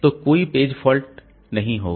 तो कोई page fault उन्हें नहीं होगा